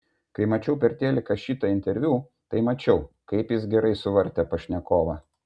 kai mačiau per teliką šitą interviu tai mačiau kaip jis gerai suvartė pašnekovą